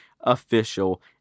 official